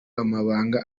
amabanga